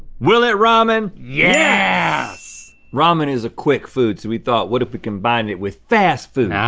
will it ramen? yeah yes! ramen is a quick food so we thought, what if we combined it with fast food? ah.